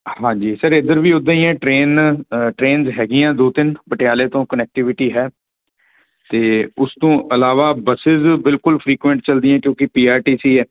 ਹਾਂਜੀ ਸਰ ਇੱਧਰ ਵੀ ਉੱਦਾਂ ਹੀ ਹੈ ਟ੍ਰੇਨ ਟ੍ਰੇਨਸ ਹੈਗੀਆਂ ਦੋ ਤਿੰਨ ਪਟਿਆਲੇ ਤੋਂ ਕੁਨੈਕਟਿਵਿਟੀ ਹੈ ਅਤੇ ਉਸ ਤੋਂ ਇਲਾਵਾ ਬੱਸਿਸ ਬਿਲਕੁਲ ਫਰੀਕੁਐਂਟ ਚਲਦੀਆਂ ਕਿਉਂਕਿ ਪੀ ਆਰ ਟੀ ਸੀ ਹੈ